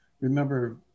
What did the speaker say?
remember